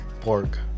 Pork